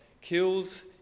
kills